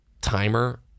timer